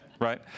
Right